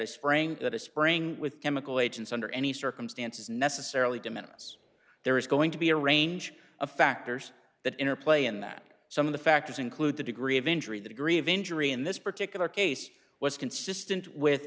i sprang that a spring with chemical agents under any circumstances necessarily dimensions there is going to be a range of factors that interplay in that some of the factors include the degree of injury the degree of injury in this particular case was consistent with